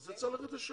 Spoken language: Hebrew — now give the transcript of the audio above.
אז זה צריך ללכת לשם.